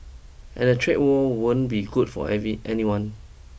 and a trade war won't be good for any anyone